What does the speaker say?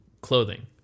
clothing